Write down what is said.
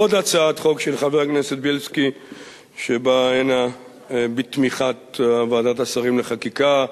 עוד הצעת חוק של חבר הכנסת בילסקי שבאה הנה בתמיכת ועדת השרים לחקיקה.